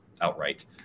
outright